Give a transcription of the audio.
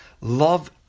love